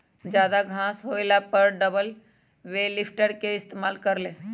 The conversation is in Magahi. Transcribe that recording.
जादा घास होएला पर डबल बेल लिफ्टर के इस्तेमाल कर ल